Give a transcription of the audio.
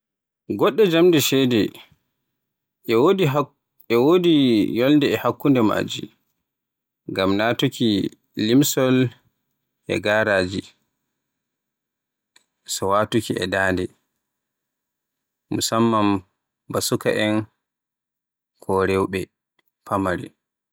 Goɗɗe jamde ceede e wodi hak- e wodi yolnde e hakkunde majji ngam natuuki limsol e garaji to watuuki e dande. Musamman ba sukaabe e rewbe famare.